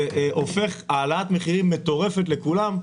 זה יביא להעלאת מחירים מטורפת לכולם.